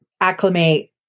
acclimate